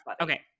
okay